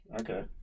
Okay